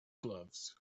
gloves